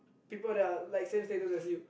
people that are like same status as you